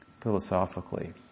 philosophically